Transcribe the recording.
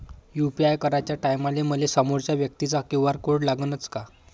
UPI कराच्या टायमाले मले समोरच्या व्यक्तीचा क्यू.आर कोड लागनच का?